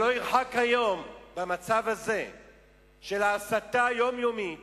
לא ירחק היום, במצב הזה של הסתה יומיומית